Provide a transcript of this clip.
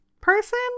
person